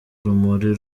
urumuri